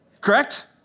Correct